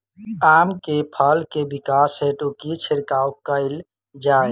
आम केँ फल केँ विकास हेतु की छिड़काव कैल जाए?